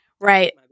right